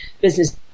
business